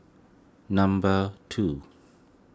number two